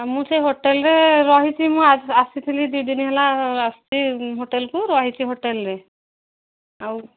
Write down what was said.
ମୁଁ ସେ ହୋଟେଲ୍ରେ ରହିଛି ମୁଁ ଆସିଥିଲି ଦୁଇ ଦିନ ହେଲା ଆସିଛି ହୋଟେଲ୍କୁ ରହିଛି ହୋଟେଲ୍ରେ ଆଉ